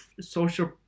social